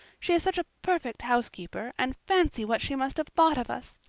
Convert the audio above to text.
she is such a perfect housekeeper and fancy what she must have thought of us.